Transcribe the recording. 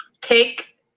take